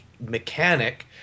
mechanic